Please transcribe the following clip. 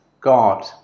God